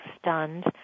stunned